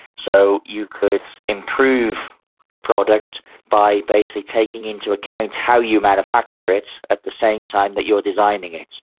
so you could improve the product by basically taking into account how you manufacture it at the same time that you are designing it.